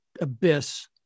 abyss